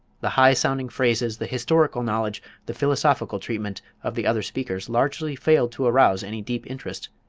the high-sounding phrases, the historical knowledge, the philosophical treatment, of the other speakers largely failed to arouse any deep interest,